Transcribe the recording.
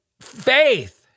faith